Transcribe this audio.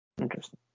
Interesting